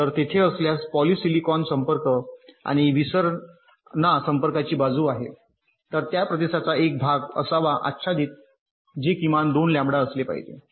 तर तेथे असल्यास पॉलिसिलिकॉन संपर्क आणि विसरणा संपर्काची बाजू आहे तर त्या प्रदेशाचा एक भाग असावा आच्छादित जे किमान 2 लॅम्बडा असले पाहिजे